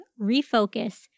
Refocus